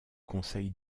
conseil